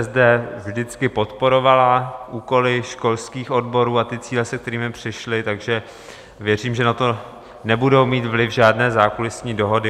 ČSSD vždycky podporovala úkoly školských odborů a cíle, se kterými přišly, takže věřím, že na to nebudou mít vliv žádné zákulisní dohody.